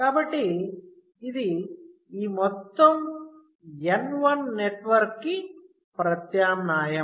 కాబట్టి ఇది ఈ మొత్తం N1 నెట్వర్క్ కి ప్రత్యామ్నాయం